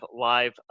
live